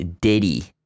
Diddy